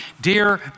Dear